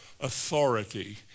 authority